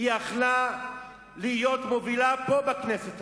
היא היתה יכולה להיות מובילה כאן, בכנסת הזאת.